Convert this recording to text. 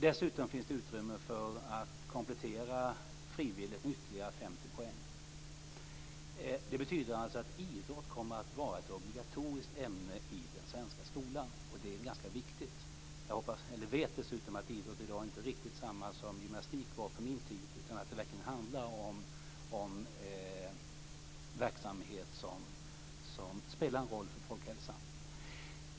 Dessutom finns det utrymme för att komplettera frivilligt med ytterligare 50 poäng. Detta betyder att idrott kommer att vara ett obligatoriskt ämne i den svenska skolan, och det är ganska viktigt. Jag vet dessutom att idrott i dag inte är riktigt samma sak som gymnastik var på min tid. Det handlar verkligen om verksamhet som spelar en roll för folkhälsan.